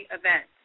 event